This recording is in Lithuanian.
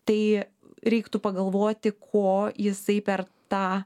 tai reiktų pagalvoti ko jisai per tą